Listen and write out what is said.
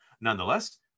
Nonetheless